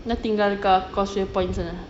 dia tinggal kat causeway point sana